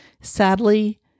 Sadly